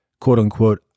Quote-unquote